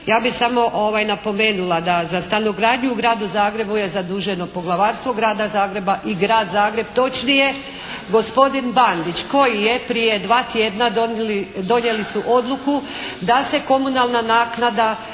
Ja bih samo napomenula da za stanogradnju u gradu Zagrebu je zaduženo Poglavarstvo grada Zagreba i grad Zagreb točnije gospodin Bandić koji je prije dva tjedna donijeli su odluku da se komunalna naknada